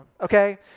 okay